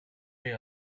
way